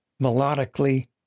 melodically